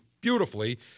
beautifully